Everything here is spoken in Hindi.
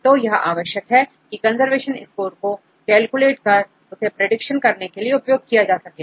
तो अतः यह आवश्यक है की कंजर्वेशन स्कोर को कैलकुलेट कर उसे प्रेडिक्शन के लिए उपयोग किया जा सकता है